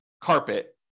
carpet